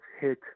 hit